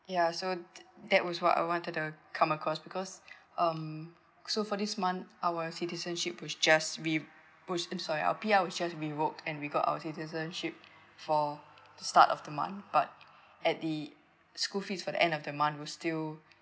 ya so t~ that was what I wanted to come across because um so for this month our citizenship was just re~ push eh sorry our P_R was just been woke and we got our citizenship for start of the month but at the school fees for the end of the month were still